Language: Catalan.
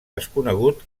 desconegut